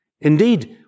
Indeed